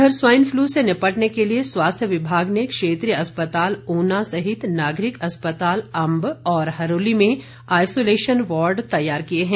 उधर swine flu से निपटने के लिए स्वास्थ्य विभाग ने क्षेत्रीय अस्पताल ऊना सहित नागरिक अस्पताल अंब और हरोली में आइसोलेशन वार्ड तैयार किए हैं